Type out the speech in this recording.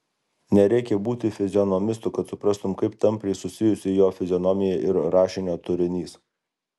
nereikia būti fizionomistu kad suprastum kaip tampriai susijusi jo fizionomija ir rašinio turinys